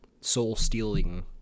soul-stealing